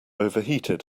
overheated